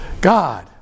God